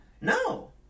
No